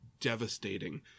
devastating